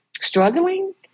struggling